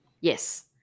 Yes